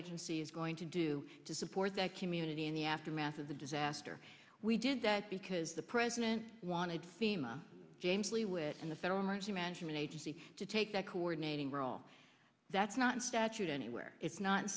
agency is going to do to support that community in the aftermath of the disaster we did that because the president wanted thema james lee witt and the federal emergency management agency to take that coordinating role that's not statute anywhere it's not